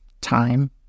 time